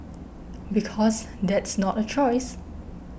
because that's not a choice